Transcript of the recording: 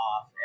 off